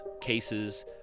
cases